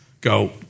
go